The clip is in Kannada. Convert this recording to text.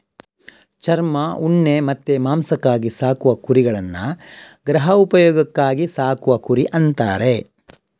ಚರ್ಮ, ಉಣ್ಣೆ ಮತ್ತೆ ಮಾಂಸಕ್ಕಾಗಿ ಸಾಕುವ ಕುರಿಗಳನ್ನ ಗೃಹ ಉಪಯೋಗಕ್ಕಾಗಿ ಸಾಕುವ ಕುರಿ ಅಂತಾರೆ